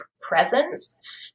presence